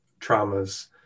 traumas